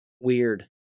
Weird